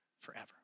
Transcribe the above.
forever